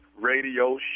radio